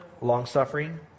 Long-suffering